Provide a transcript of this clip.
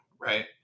Right